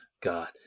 God